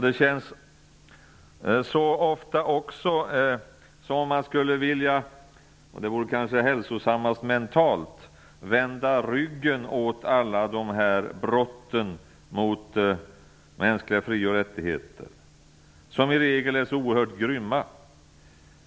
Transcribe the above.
Det känns också ofta som om man skulle vilja vända ryggen åt alla dessa brott mot mänskliga frioch rättigheter, vilket kanske skulle vara hälsosammast rent mentalt. Dessa brott är i regel oerhört grymma.